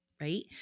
Right